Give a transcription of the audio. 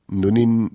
nunin